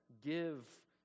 give